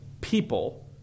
people